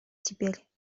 теперь